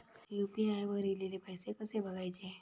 UPI वर ईलेले पैसे कसे बघायचे?